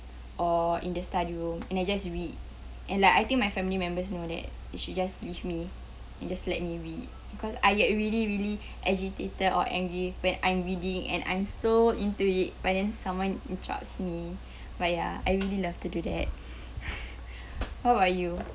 or in the study room and I just read and like I think my family members know that they should just leave me and just let me read because I get really really agitated or angry when I'm reading and I'm so into it but then someone interrupts me but ya I really love to do that what about you